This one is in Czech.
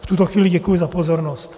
V tuto chvíli děkuji za pozornost.